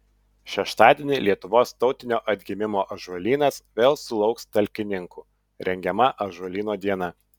šeštadienį lietuvos tautinio atgimimo ąžuolynas vėl sulauks talkininkų rengiama ąžuolyno diena